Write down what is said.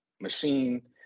machine